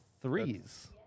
threes